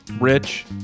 rich